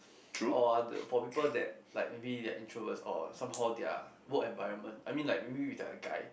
or are the for people that like maybe they are introverts or somehow their work environment I mean like maybe if they are a guy